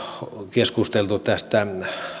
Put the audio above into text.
keskusteltu tästä